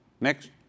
Next